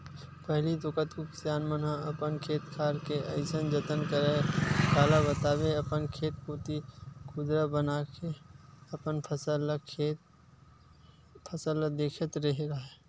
पहिली तो कतको किसान मन ह अपन खेत खार के अइसन जतन करय काला बताबे अपन खेत कोती कुदंरा बनाके अपन फसल ल देखत रेहे राहय